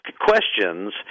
questions